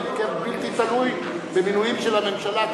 הרכב בלתי תלוי במינויים של הממשלה.